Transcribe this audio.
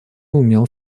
умел